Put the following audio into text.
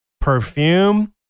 perfume